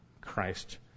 Christ